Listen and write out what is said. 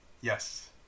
Yes